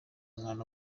umwana